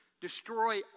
Destroy